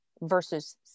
versus